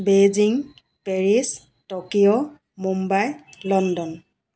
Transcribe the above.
Beijing Paris Tokyo Mumbai London